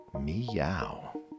meow